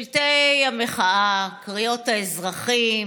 שלטי המחאה, קריאות האזרחים,